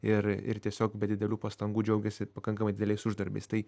ir ir tiesiog be didelių pastangų džiaugiasi pakankamai dideliais uždarbiais tai